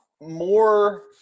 more